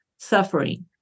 suffering